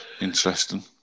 interesting